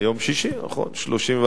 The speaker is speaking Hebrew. ביום שישי, נכון, 31,